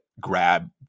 grab